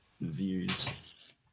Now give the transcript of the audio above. views